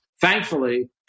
Thankfully